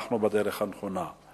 אנחנו בדרך הנכונה.